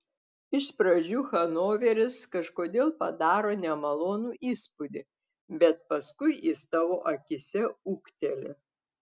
iš pradžių hanoveris kažkodėl padaro nemalonų įspūdį bet paskui jis tavo akyse ūgteli